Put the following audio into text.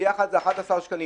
ביחד זה 11 שקלים